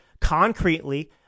concretely